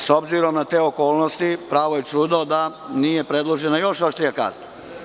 S obzirom na te okolnosti, pravo je čudo da nije predložena još oštrija kazna.